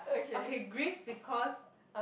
okay Greece because